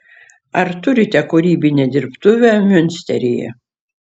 ar turite kūrybinę dirbtuvę miunsteryje